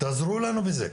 תעזרו לנו בזה,